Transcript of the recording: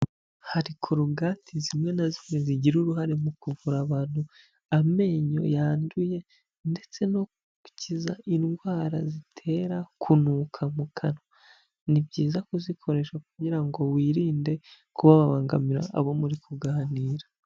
Hari korogate zimwe na zimwe zigira uruhare mu kuvura abantu amenyo yanduye ndetse no gukiza indwara zitera kunuka mu kanwa. Ni byiza kuzikoresha kugira ngo wirinde kuba wabangamira abo muri kuganira.